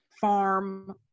farm